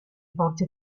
forze